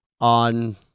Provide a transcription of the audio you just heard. on